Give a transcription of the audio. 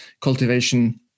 cultivation